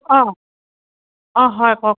অঁ অঁ হয় কওক